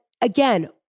again